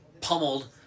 pummeled